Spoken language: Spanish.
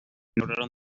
lograron